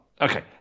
Okay